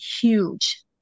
huge